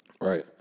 Right